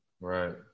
right